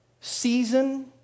season